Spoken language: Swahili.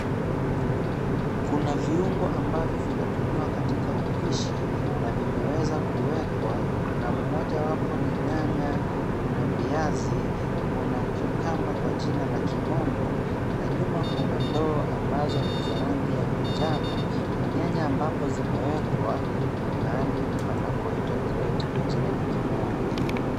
Kuna viungo ambavyo vinatumiwa katika upishi na vimeweza kuwekwa na mmoja wapo ni nyanya, kuna viazi, kuna (CS)cucumber(CS)Kwa jina la kimombo na nyuma kuna ndoo ambazo ni za rangi ya manjano na nyanya ambapo zimewekwa ni mahali panapoitwa (CS)crate(CS)Kwa jina la kimombo.